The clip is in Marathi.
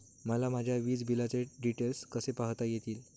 मला माझ्या वीजबिलाचे डिटेल्स कसे पाहता येतील?